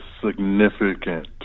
significant